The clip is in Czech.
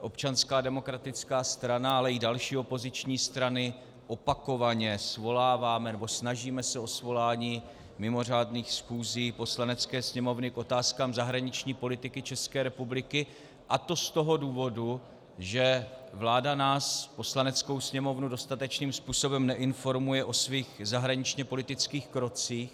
Občanská demokratická strana, ale i další opoziční strany opakovaně svoláváme nebo se snažíme o svolání mimořádných schůzí Poslanecké sněmovny k otázkám zahraniční politiky ČR, a to z důvodu, že vláda nás, Poslaneckou sněmovnu, dostatečným způsobem neinformuje o svých zahraničněpolitických krocích.